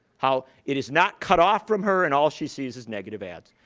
how it is not cut off from her and all she sees is negative ads.